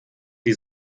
die